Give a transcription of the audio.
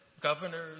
governors